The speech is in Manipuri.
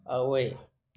ꯑꯑꯣꯏ